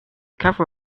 cover